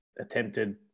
attempted